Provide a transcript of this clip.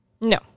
no